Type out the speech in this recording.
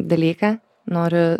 dalyką noriu